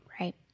Right